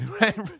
Right